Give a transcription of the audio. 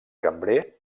cambrer